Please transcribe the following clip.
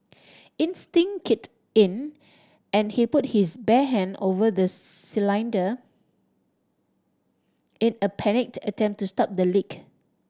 instinct kicked in and he put his bare hand over the cylinder in a panicked attempt to stop the leak